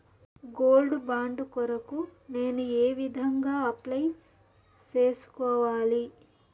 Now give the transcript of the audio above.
Gold bond కొరకు నేను ఏ విధంగా అప్లై సేసుకోవాలి?